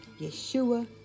Yeshua